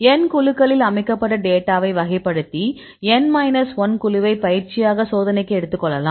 N குழுக்களில் அமைக்கப்பட்ட டேட்டாவை வகைப்படுத்தி N மைனஸ் 1 குழுவை பயிற்சியாக சோதனைக்கு எடுத்துக் கொள்ளலாம்